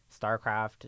StarCraft